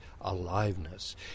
aliveness